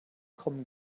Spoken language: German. kommen